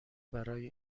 برای